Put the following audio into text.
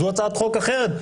זו הצעת חוק אחרת.